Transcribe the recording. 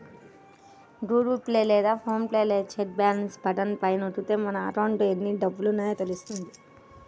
Google Pay లేదా PhonePe లో check balance button పైన నొక్కితే మన అకౌంట్లో ఎన్ని డబ్బులున్నాయో తెలుస్తుంది